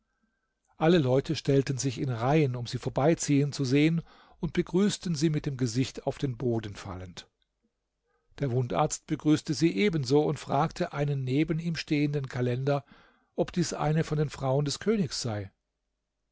alle leute stellten sich in reihen um sie vorbeiziehen zu sehen und begrüßten sie mit dem gesicht auf den boden fallend der wundarzt begrüßte sie ebenso und fragte einen neben ihm stehenden kalender ob dies eine von den frauen des königs sei